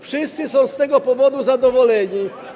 Wszyscy są z tego powodu zadowoleni.